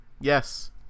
Yes